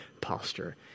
posture